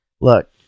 Look